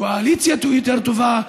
קואליציה יותר טובה.